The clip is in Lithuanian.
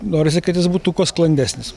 norisi kad jis būtų kuo sklandesnis